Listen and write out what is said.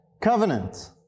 covenant